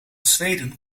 zweden